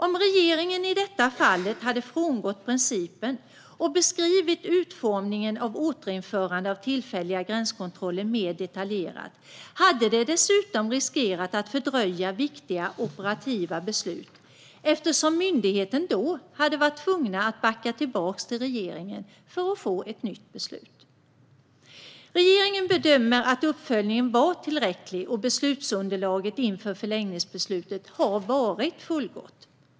Om regeringen i detta fall hade frångått principen och beskrivit utformningen av återinförande av tillfälliga gränskontroller mer detaljerat hade det dessutom riskerat att fördröja viktiga operativa beslut eftersom myndigheten då varit tvungen att backa tillbaka till regeringen för att få ett nytt beslut. Regeringen bedömer att uppföljningen var tillräcklig och att beslutsunderlaget inför förlängningsbeslutet har varit fullgott.